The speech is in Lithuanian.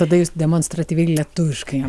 tada jūs demonstratyviai lietuviškai jam